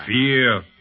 Fear